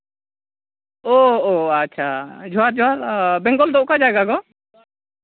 ᱚ ᱚ ᱟᱪᱪᱷᱟ ᱡᱚᱦᱟᱨ ᱡᱚᱦᱟᱨ ᱵᱮᱝᱜᱚᱞ ᱫᱚ ᱚᱠᱟ ᱡᱟᱭᱜᱟ ᱜᱚ